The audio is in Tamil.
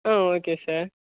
ah okay sir